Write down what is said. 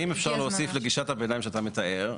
האם אפשר להוסיף לגישת הביניים שאתה מתאר,